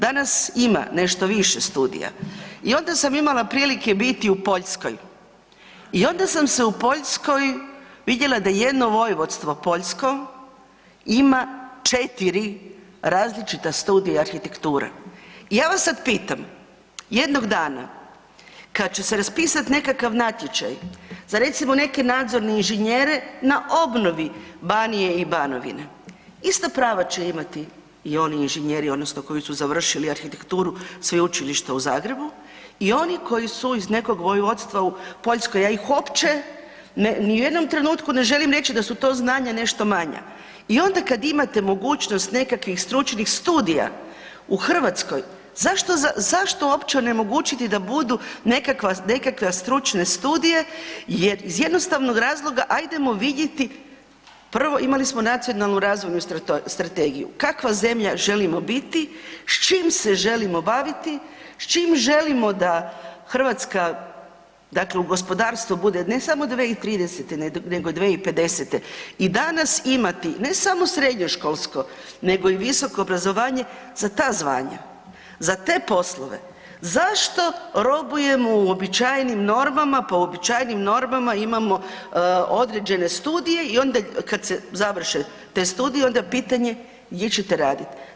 Danas ima nešto više studija i onda sam imala prilike biti u Poljskoj i onda sam se u Poljskoj vidjela da jedno vojvodstvo poljsko ima 4 različita studija arhitekture i ja vas sad pitam, jednog dana kad će se raspisati nekakav natječaj za recimo, neke nadzorne inženjere na obnovi Banije i Banovine, ista prava će imati i oni inženjeri odnosno koji su završili arhitekturu Sveučilišta u Zagrebu i oni koji su iz nekog vojvodstva u Poljskoj, ja ih uopće ni u jednom trenutku ne želim reći da su to znanja nešto manja i onda kada imate mogućnost nekakvih stručnih studija u Hrvatskoj, zašto uopće onemogućiti da budu nekakve stručne studije jer iz jednostavnog razloga, ajdemo vidjeti prvo, imali smo Nacionalnu razvojnu strategiju, kakva zemlja želimo biti, s čime se želimo baviti, s čime želimo da Hrvatska, dakle u gospodarstvu bude, ne samo 2030. nego 2050., i danas imati, ne samo srednjoškolsko nego i visoko obrazovanje za ta zvanja, za te poslove, zašto robujemo uobičajenim normama, po uobičajenim normama imamo određene studije i onda kad se završe te studije onda pitanje gdje ćete raditi.